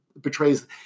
betrays